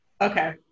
okay